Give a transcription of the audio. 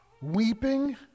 weeping